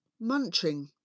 munching